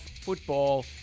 football